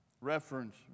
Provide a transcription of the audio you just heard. reference